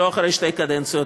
לא אחרי שתי קדנציות,